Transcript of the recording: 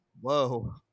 Whoa